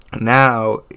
now